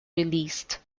released